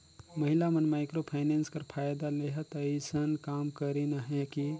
महिला मन microfinance कर फएदा लेहत अइसन काम करिन अहें कि